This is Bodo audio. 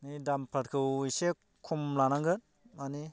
दामफोरखौ एसे खम लानांगोन माने